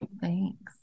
Thanks